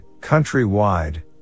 countrywide